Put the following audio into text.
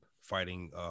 fighting